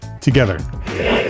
together